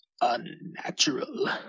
unnatural